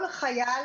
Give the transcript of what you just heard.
כל חייל